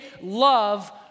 love